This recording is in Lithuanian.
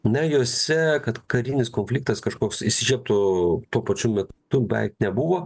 na jose kad karinis konfliktas kažkoks įsižiebtų tuo pačiu metu beveik nebuvo